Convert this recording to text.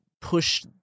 push